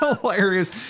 hilarious